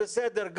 בסדר,